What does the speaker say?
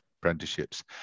apprenticeships